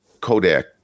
Kodak